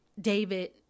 David